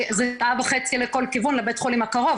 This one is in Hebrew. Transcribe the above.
זה שעה וחצי לכל כיוון לבית חולים הקרוב,